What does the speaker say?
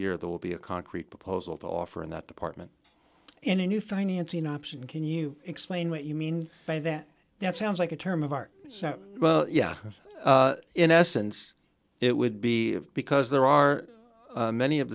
year there will be a concrete proposal to offer in that department in a new financing option can you explain what you mean by that that sounds like a term of art so well yeah in essence it would be because there are many of